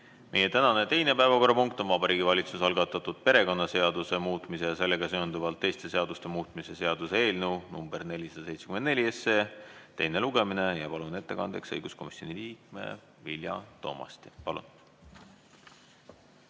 Meie tänane teine päevakorrapunkt on Vabariigi Valitsuse algatatud perekonnaseaduse muutmise ja sellega seonduvalt teiste seaduste muutmise seaduse eelnõu 474 teine lugemine. Palun ettekandeks kõnetooli õiguskomisjoni liikme Vilja Toomasti. Meie